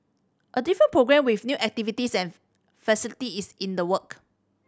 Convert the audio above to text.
a different programme with new activities and facility is in the work